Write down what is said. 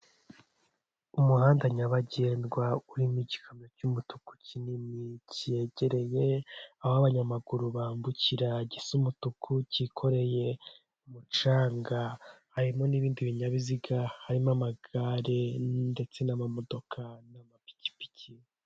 Umuhanda nyabagendwa urimo igikamyo cy'umutuku kinini cyegereye aho abanyamaguru bambukira, gisa umutuku, cyikoreye umucanga harimo n'ibindi binyabiziga, harimo amagare ndetse n'amamodoka n'amapikipiki